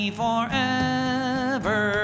forever